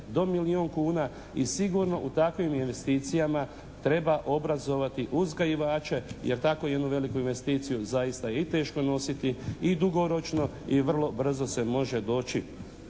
do milijun kuna i sigurno u takvim investicijama treba obrazovati uzgajivače jer tako jednu veliku investiciju zaista je i teško nositi i dugoročno i vrlo brzo se može doći